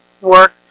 work